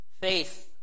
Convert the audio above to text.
Faith